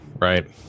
right